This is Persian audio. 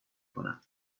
کنم